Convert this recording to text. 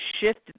shift